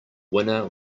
winner